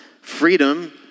Freedom